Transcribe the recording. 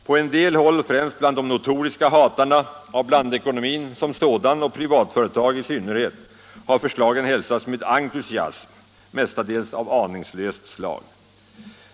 På en del håll, främst bland de notoriska hatarna av blandekonomin som sådan och privatföretag i synnerhet, har förslagen hälsats med entusiasm, mestadels av aningslöst slag.